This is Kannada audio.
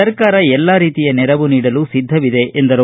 ಸರ್ಕಾರ ಎಲ್ಲಾ ರೀತಿಯ ನೆರವು ನೀಡಲು ಸಿದ್ದವಿದೆ ಎಂದರು